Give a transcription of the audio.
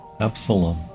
Absalom